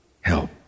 help